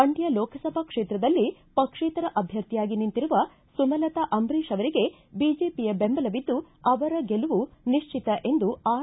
ಮಂಡ್ಯ ಲೋಕಸಭಾ ಕ್ಷೇತ್ರದಲ್ಲಿ ಪಕ್ಷೇತರ ಅಭ್ಯರ್ಥಿಯಾಗಿ ನಿಂತಿರುವ ಸುಮಲತಾ ಅಂಬರೀಶ ಅವರಿಗೆ ಬಿಜೆಪಿಯ ಬೆಂಬಲವಿದ್ದು ಅವರ ಗೆಲುವು ನಿಶ್ಚಿತ ಎಂದು ಆರ್